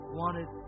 wanted